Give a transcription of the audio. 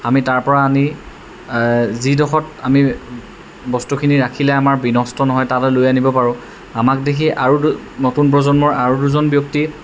আমি তাৰপৰা আনি যিডোখৰত আমি বস্তুখিনি ৰাখিলে আমাৰ বিনষ্ট নহয় তালৈ লৈ আনিব পাৰোঁ আমাক দেখি আৰু নতুন প্ৰজন্মৰ আৰু দুজন ব্যক্তি